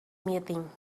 meeting